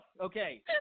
Okay